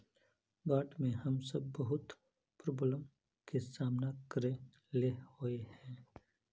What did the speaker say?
बाढ में हम सब बहुत प्रॉब्लम के सामना करे ले होय है?